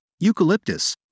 eucalyptus